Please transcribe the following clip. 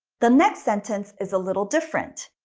the next sentence is a little different.